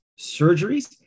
surgeries